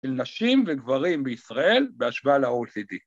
‫לנשים וגברים בישראל בהשוואה ל-OCD.